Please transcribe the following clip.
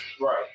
Right